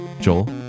Joel